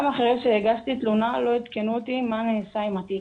גם אחרי שהגשתי תלונה לא עדכנו אותי מה נעשה עם התיק,